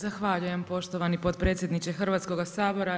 Zahvaljujem poštovani potpredsjedniče Hrvatskoga sabora.